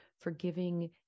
forgiving